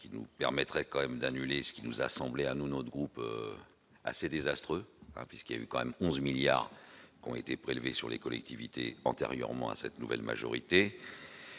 qui nous permettrait quand même d'annuler ce qui nous a semblé, à nous, notre groupe assez désastreuse, puisqu'il y a eu quand même 11 milliards qu'ont été prélevés sur les collectivités antérieurement à cette nouvelle majorité,